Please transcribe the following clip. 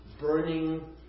burning